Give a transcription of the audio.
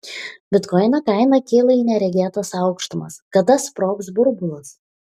bitkoino kaina kyla į neregėtas aukštumas kada sprogs burbulas